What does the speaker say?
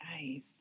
Nice